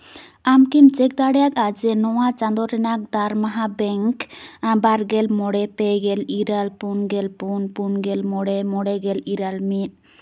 ᱟᱢᱠᱤᱢ check ᱫᱟᱲᱮᱭᱟᱜᱼᱟ ᱡᱮ ᱱᱚᱣᱟ ᱪᱟᱸᱫᱚ ᱨᱮᱱᱟᱜ ᱫᱟᱨᱢᱟᱦᱟ ᱵᱮᱝᱠ ᱵᱟᱨ ᱜᱮᱞ ᱢᱚᱬᱮ ᱯᱮ ᱜᱮᱞ ᱤᱨᱟᱹᱞ ᱯᱩᱱ ᱜᱮᱞ ᱯᱩᱱ ᱯᱩᱱ ᱜᱮᱞ ᱢᱚᱬᱮ ᱢᱚᱬ ᱜᱮᱞ ᱤᱨᱟᱹᱞ ᱢᱤᱫ